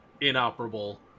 inoperable